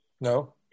No